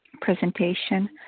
presentation